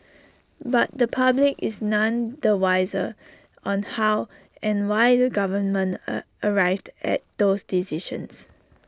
but the public is none the wiser on how and why the government A arrived at those decisions